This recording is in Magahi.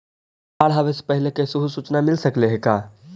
बाढ़ आवे से पहले कैसहु सुचना मिल सकले हे का?